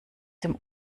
dem